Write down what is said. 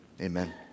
amen